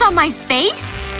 um my face?